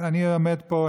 אני עומד פה,